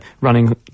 running